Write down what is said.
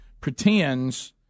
pretends